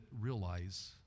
realize